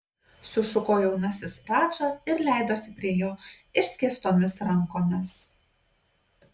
sušuko jaunasis radža ir leidosi prie jo išskėstomis rankomis